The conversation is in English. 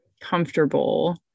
comfortable